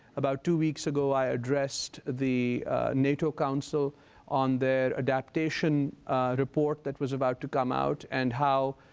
about two weeks ago i addressed the nato council on their adaptation report that was about to come out and how,